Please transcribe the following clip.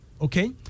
Okay